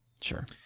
sure